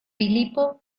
filipo